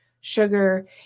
sugar